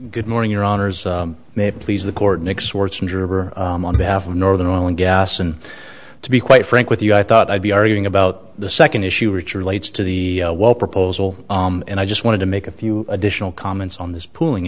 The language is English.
juror on behalf of northern oil and gas and to be quite frank with you i thought i'd be arguing about the second issue richer relates to the wall proposal and i just wanted to make a few additional comments on this pooling